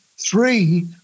three